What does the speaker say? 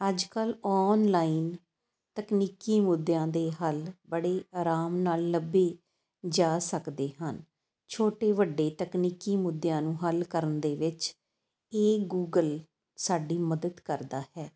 ਅੱਜ ਕੱਲ੍ਹ ਆਨਲਾਈਨ ਤਕਨੀਕੀ ਮੁੱਦਿਆਂ ਦੇ ਹੱਲ ਬੜੇ ਆਰਾਮ ਨਾਲ ਲੱਭੇ ਜਾ ਸਕਦੇ ਹਨ ਛੋਟੇ ਵੱਡੇ ਤਕਨੀਕੀ ਮੁੱਦਿਆਂ ਨੂੰ ਹੱਲ ਕਰਨ ਦੇ ਵਿੱਚ ਇਹ ਗੂਗਲ ਸਾਡੀ ਮਦਦ ਕਰਦਾ ਹੈ